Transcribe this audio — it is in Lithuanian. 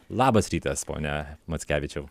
labas rytas pone mackevičiau